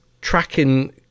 tracking